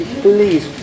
please